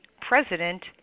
President